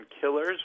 Killers